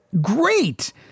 great